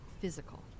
physical